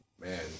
Man